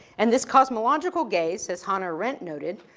and this cosmological gaze as hannah arendt noted,